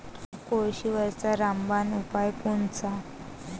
कोळशीवरचा रामबान उपाव कोनचा?